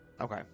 Okay